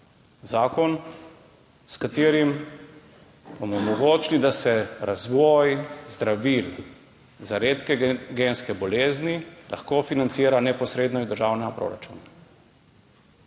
zakon s katerim bomo omogočili, da se razvoj zdravil za redke genske bolezni lahko financira neposredno iz državnega proračuna.